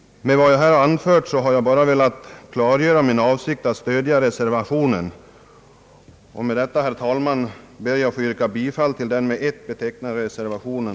Med det anförda har jag bara velat klargöra min avsikt att stödja den av herr Thorsten Larsson m.fl. avgivna reservationen, till vilken jag, herr talman, ber att få yrka bifall.